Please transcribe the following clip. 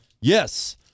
Yes